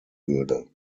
würde